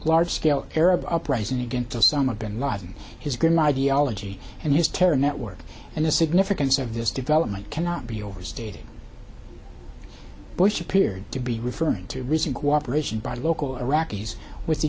large scale arab uprising against osama bin laden his grim ideology and his terror network and the significance of this development cannot be overstated bush appeared to be referring to recent cooperation by local iraqis with the